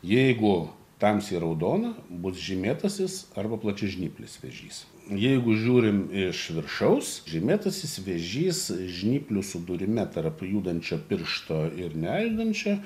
jeigu tamsiai raudona bus žymėtasis arba plačiažnyplis vėžys jeigu žiūrim iš viršaus žymėtasis vėžys žnyplių sudūrime tarp judančio piršto ir nejudančio